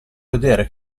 vedere